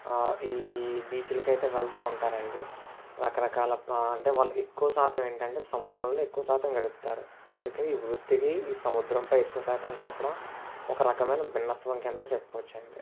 ఈ బీచ్లకైతే వెళుతు ఉంటారండి రకరకాల ప్రా అంటే వాళ్ళు ఎక్కువ శాతం ఏంటంటే సముద్రంలో ఎక్కువ శాతం గడుపుతారు అందుకే ఈ వృత్తికి ఈ సముద్రంపై ఎక్కువ శాతం గడపడం ఒక రకమైన భిన్నత్వం కింద చెప్పుకోవచ్చు అండి